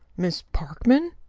miss parkman?